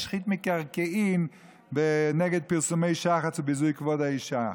משחית מקרקעין נגד פרסומי שחץ וביזוי כבוד האישה.